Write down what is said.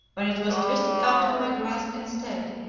when it was twisted out of my grasp instead,